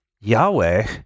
Yahweh